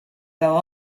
they’ll